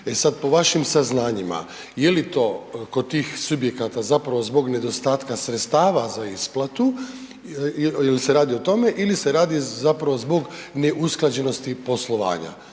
E sad po vašim saznanjima, je li to kod tih subjekata zapravo zbog nedostatka sredstava za isplatu, ili se radi o tome, ili se radi zapravo zbog neusklađenosti poslovanja,